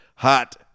Hot